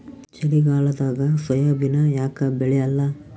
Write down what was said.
ಚಳಿಗಾಲದಾಗ ಸೋಯಾಬಿನ ಯಾಕ ಬೆಳ್ಯಾಲ?